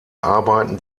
arbeiten